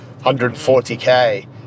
140K